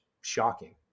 shocking